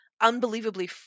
unbelievably